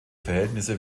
verhältnisse